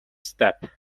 step